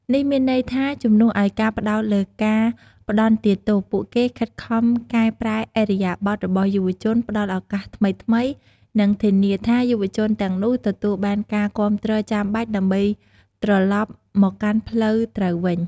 នេះមានន័យថា ជំនួសឱ្យការផ្តោតលើការផ្តន្ទាទោស ពួកគេខិតខំកែប្រែឥរិយាបថរបស់យុវជន ផ្តល់ឱកាសថ្មីៗ និងធានាថាយុវជនទាំងនោះទទួលបានការគាំទ្រចាំបាច់ដើម្បីត្រឡប់មកកាន់ផ្លូវត្រូវវិញ។